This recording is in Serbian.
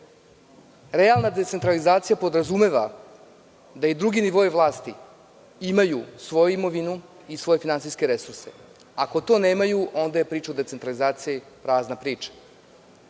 decentralizacija podrazumeva da i drugi nivoi vlasti imaju svoju imovinu i svoje finansijske resurse. Ako to nemaju, onda je priča o decentralizaciji prazna priča.